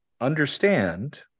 understand